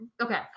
Okay